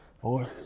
four